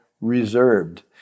reserved